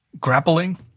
grappling